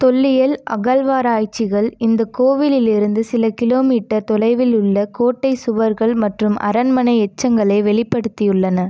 தொல்லியல் அகழ்வாராய்ச்சிகள் இந்த கோவிலிலிருந்து சில கிலோமீட்டர் தொலைவில் உள்ள கோட்டை சுவர்கள் மற்றும் அரண்மனை எச்சங்களை வெளிப்படுத்தியுள்ளன